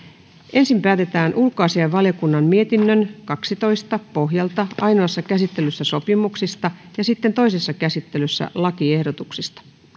ensin päätetään ulkoasiainvaliokunnan mietinnön kaksitoista pohjalta ainoassa käsittelyssä sopimuksista ja sitten toisessa käsittelyssä lakiehdotuksista